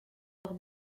leurs